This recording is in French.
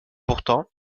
pourtant